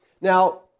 now